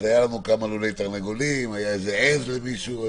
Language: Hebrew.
היו לנו כמה לולי תרנגולים, הייתה עז למישהו.